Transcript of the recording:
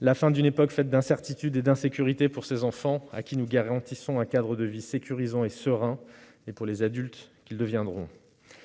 la fin d'une époque faite d'incertitudes et d'insécurité pour ces enfants, à qui nous garantissons un cadre de vie sécurisant et serein, et pour les adultes qu'ils deviendront.